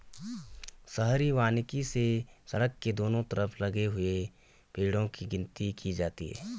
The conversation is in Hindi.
शहरी वानिकी से सड़क के दोनों तरफ लगे हुए पेड़ो की गिनती की जाती है